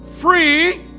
free